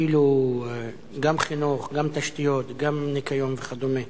גם חינוך, גם תשתיות, גם ניקיון וכדומה.